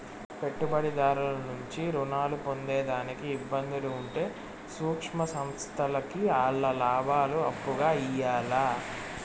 పెట్టుబడిదారుల నుంచి రుణాలు పొందేదానికి ఇబ్బందులు ఉంటే సూక్ష్మ సంస్థల్కి ఆల్ల లాబాలు అప్పుగా ఇయ్యాల్ల